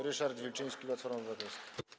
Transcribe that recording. Ryszard Wilczyński, Platforma Obywatelska.